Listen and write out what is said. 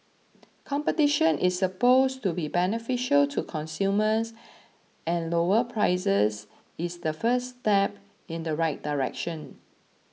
competition is supposed to be beneficial to consumers and lower prices is the first step in the right direction